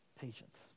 patience